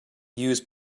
use